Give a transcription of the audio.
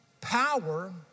Power